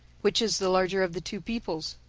which is the larger of the two peoples?